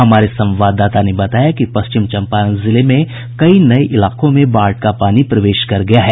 हमारे संवाददाता ने बताया कि पश्चिम चंपारण जिले में कई नये इलाकों में बाढ़ का पानी प्रवेश कर गया है